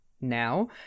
now